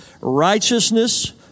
Righteousness